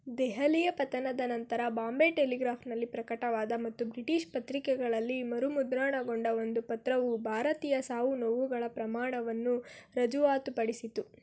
ದೆಹಲಿಯ ಪತನದ ನಂತರ ಬಾಂಬೆ ಟೆಲಿಗ್ರಾಫ್ನಲ್ಲಿ ಪ್ರಕಟವಾದ ಮತ್ತು ಬ್ರಿಟಿಷ್ ಪತ್ರಿಕೆಗಳಲ್ಲಿ ಮರುಮುದ್ರಣಗೊಂಡ ಒಂದು ಪತ್ರವು ಭಾರತೀಯ ಸಾವು ನೋವುಗಳ ಪ್ರಮಾಣವನ್ನು ರುಜುವಾತುಪಡಿಸಿತು